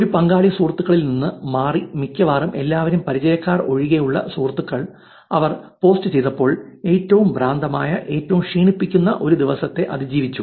ഒരു പങ്കാളി സുഹൃത്തുക്കളിൽ നിന്ന് മാറി മിക്കവാറും എല്ലാവരും പരിചയക്കാർ ഒഴികെയുള്ള സുഹൃത്തുക്കൾ അവൾ പോസ്റ്റ് ചെയ്തപ്പോൾ ഏറ്റവും ഭ്രാന്തമായ ഏറ്റവും ക്ഷീണിപ്പിക്കുന്ന ഒരു ദിവസത്തെ അതിജീവിച്ചു